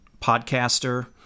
podcaster